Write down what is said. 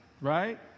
right